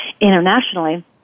internationally